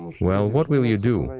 well, what will you do?